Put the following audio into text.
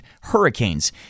Hurricanes